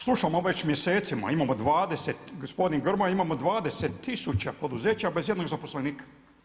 Slušamo već mjesecima, imamo 20, gospodin Grmoja imamo 20 tisuća poduzeća bez jednog zaposlenika.